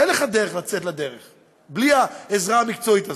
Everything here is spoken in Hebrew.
אין לך דרך לצאת לדרך בלי העזרה המקצועית הזאת,